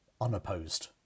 unopposed